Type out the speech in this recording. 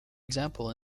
example